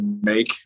make